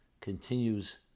continues